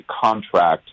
contract